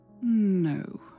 No